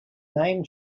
name